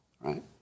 right